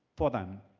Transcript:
for them.